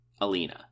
Alina